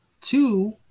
two